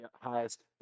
highest